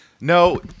No